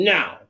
Now